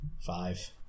Five